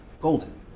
golden